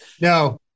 No